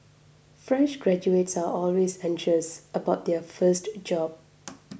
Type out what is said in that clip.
fresh graduates are always anxious about their first job